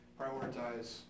prioritize